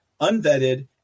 unvetted